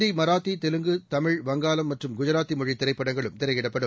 இந்திமராத்திதெலுங்கு தமிழ் வங்காளம் மற்றும் குஜராத்திமொழிதிரைப்படங்களும் திரையிடப்படும்